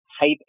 type